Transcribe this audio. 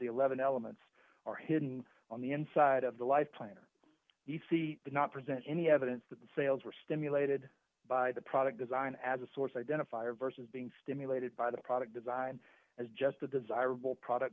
the eleven elements are hidden on the inside of the lifetime or d c did not present any evidence that the sales were stimulated by the product design as a source identifier versus being stimulated by the product design as just a desirable product